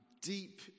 deep